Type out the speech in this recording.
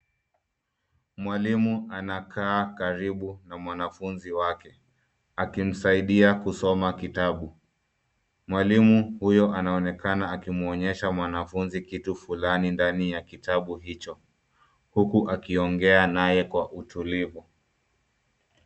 Mwalimu anakaa karibu na mwanafunzi wake akimsaidia kusoma kitabu. Mwalimu huyo anaonekana akimuonyesha mwanafunzi kitu fulani ndani ya kitabu hicho huku akiongea naye kwa utulivu.